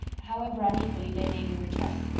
however unequally they may be returned.